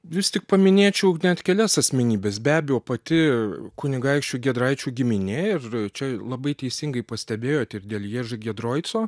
vis tik paminėčiau net kelias asmenybes be abejo pati kunigaikščių giedraičių giminė ir čia labai teisingai pastebėjot ir dėl jieži giedroico